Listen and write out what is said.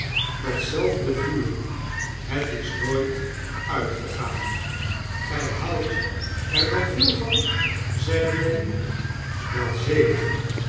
dat zelfde vuur het is nooit uitgegaan gij houdt er dan veel van zeide nelly wel zeker